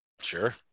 Sure